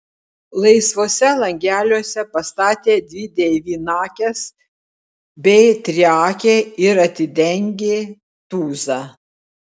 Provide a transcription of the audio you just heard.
laisvuose langeliuose pastatė dvi devynakes bei triakę ir atidengė tūzą